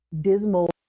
dismal